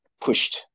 pushed